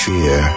Fear